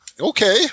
okay